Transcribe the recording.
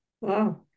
Wow